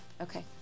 Okay